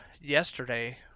yesterday